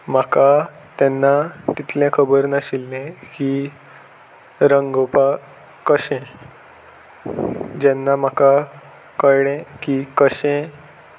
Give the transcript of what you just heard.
म्हाका तेन्ना तितलें खबर नाशिल्लें की रंगोवपाक कशें जेन्ना म्हाका कळ्ळें की कशें